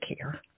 care